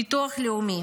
ביטוח לאומי